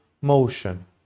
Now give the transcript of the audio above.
motion